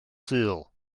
sul